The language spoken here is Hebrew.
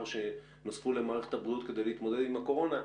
שנוספו למערכת הבריאות כדי להתמודד עם הקורונה.